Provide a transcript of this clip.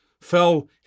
fell